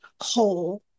whole